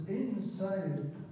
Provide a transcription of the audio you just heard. inside